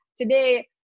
today